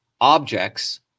objects